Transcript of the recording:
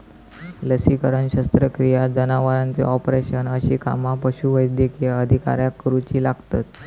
लसीकरण, शस्त्रक्रिया, जनावरांचे ऑपरेशन अशी कामा पशुवैद्यकीय अधिकाऱ्याक करुची लागतत